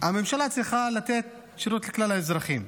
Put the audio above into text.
הממשלה צריכה לתת שירות לכלל האזרחים,